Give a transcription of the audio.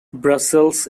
brussels